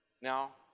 Now